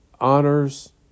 honors